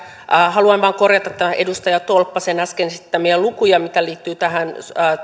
haluan vain korjata edustaja tolppasen äsken esittämiä lukuja jotka liittyvät tähän